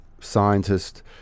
scientist